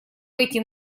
пойти